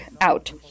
out